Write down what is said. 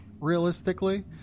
realistically